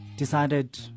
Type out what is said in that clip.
Decided